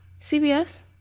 CBS